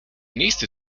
nächste